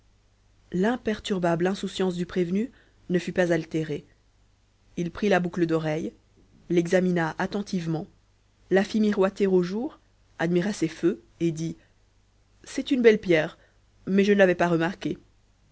l'imperturbable insouciance du prévenu ne fut pas altérée il prit la boucle d'oreille l'examina attentivement la fit miroiter au jour admira ses feux et dit c'est une belle pierre mais je ne l'avais pas remarquée